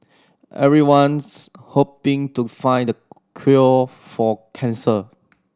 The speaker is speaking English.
everyone's hoping to find the cure for cancer